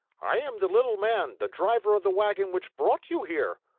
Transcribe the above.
i am the little man, the driver of the wagon which brought you here.